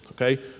Okay